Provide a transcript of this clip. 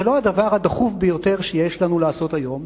לא הדבר הדחוף ביותר שיש לנו לעשות היום,